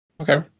Okay